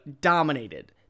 dominated